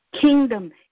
kingdom